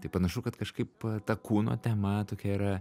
tai panašu kad kažkaip ta kūno tema tokia yra